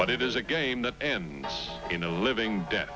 but it is a game that you know living dead